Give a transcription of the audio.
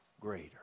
greater